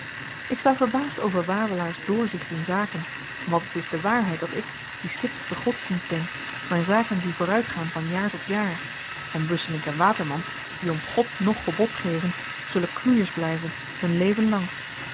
ik sta verbaasd over wawelaars doorzicht in zaken want het is de waarheid dat ik die stipt op de godsdienst ben myn zaken zie vooruitgaan van jaar tot jaar en busselinck waterman die om god noch gebod geven zullen knoeiers blyven hun leven lang